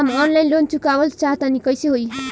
हम offline loan चुकावल चाहऽ तनि कइसे होई?